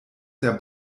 der